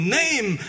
name